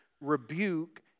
rebuke